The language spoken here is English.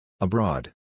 Abroad